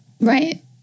Right